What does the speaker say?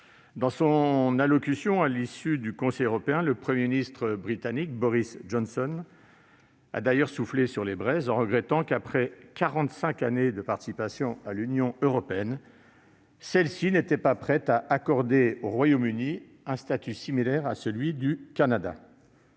Dans une allocution prononcée à l'issue du Conseil européen, le Premier ministre britannique, Boris Johnson, a d'ailleurs soufflé sur les braises en regrettant que, après quarante-cinq années de participation britannique à l'Union européenne, cette dernière ne soit pas prête à accorder au Royaume-Uni un statut similaire à celui du Canada